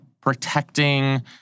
protecting